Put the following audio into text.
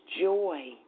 joy